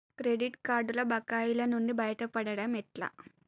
Credit కార్డుల బకాయిల నుండి బయటపడటం ఎట్లా?